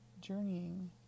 journeying